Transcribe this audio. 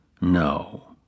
No